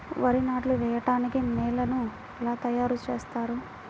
వరి నాట్లు వేయటానికి నేలను ఎలా తయారు చేస్తారు?